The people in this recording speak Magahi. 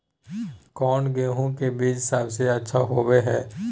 कौन गेंहू के बीज सबेसे अच्छा होबो हाय?